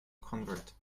convert